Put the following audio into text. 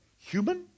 human